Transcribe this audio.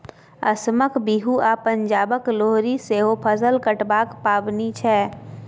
असमक बिहू आ पंजाबक लोहरी सेहो फसल कटबाक पाबनि छै